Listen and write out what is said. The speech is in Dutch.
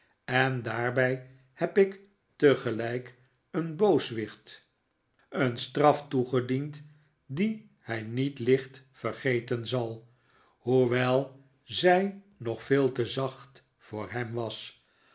en daarbij heb ik tegelijk een booswicht een straf toegediend die hij niet licht vergeten zal hoewel zij nog veel te zacht voor hem was